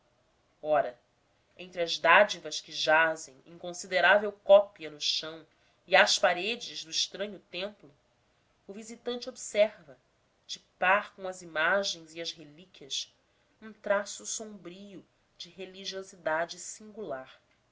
ora entre as dádivas que jazem em considerável cópia no chão e às paredes do estranho templo o visitante observa de par com as imagens e as relíquias um traço sombrio de religiosidade singular